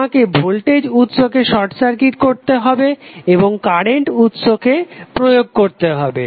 তোমাকে ভোল্টেজ উৎসকে short circuit করতে হবে এবং কারেন্ট উৎসকে প্রয়োগ করতে হবে